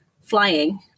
flying